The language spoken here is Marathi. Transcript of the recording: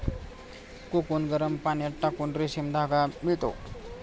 कोकून गरम पाण्यात टाकून रेशीम धागा मिळतो